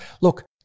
Look